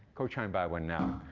go try and buy one now.